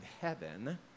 heaven